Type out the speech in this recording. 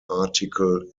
article